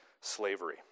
slavery